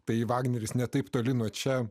tai vagneris ne taip toli nuo čia